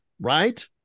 right